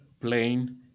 plain